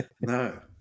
No